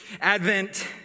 Advent